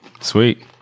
Sweet